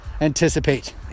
anticipate